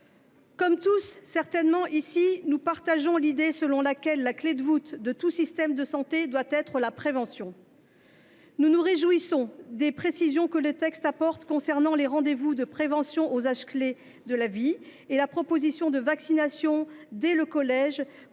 comme tous ici, certainement, nous partageons l’idée selon laquelle la clé de voûte de tout système de santé doit être la prévention. Nous nous réjouissons des précisions que le texte apporte concernant les rendez vous de prévention aux âges clés de la vie et de la proposition de vaccination dès le collège contre le